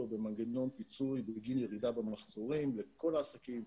במנגנון פיצוי בגין ירידה במחזורים לכל העסקים.